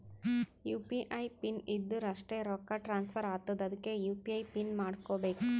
you P I pin ಇದ್ದುರ್ ಅಷ್ಟೇ ರೊಕ್ಕಾ ಟ್ರಾನ್ಸ್ಫರ್ ಆತ್ತುದ್ ಅದ್ಕೇ ಯು.ಪಿ.ಐ ಪಿನ್ ಮಾಡುಸ್ಕೊಬೇಕ್